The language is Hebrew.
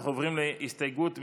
אנחנו עוברים להסתייגות מס'